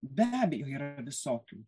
be abejo yra visokių